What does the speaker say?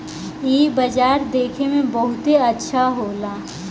इ बाजार देखे में बहुते अच्छा होला